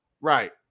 right